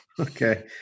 Okay